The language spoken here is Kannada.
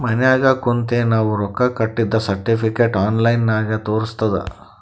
ಮನ್ಯಾಗ ಕುಂತೆ ನಾವ್ ರೊಕ್ಕಾ ಕಟ್ಟಿದ್ದ ಸರ್ಟಿಫಿಕೇಟ್ ಆನ್ಲೈನ್ ನಾಗೆ ತೋರಸ್ತುದ್